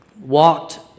Walked